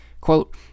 Quote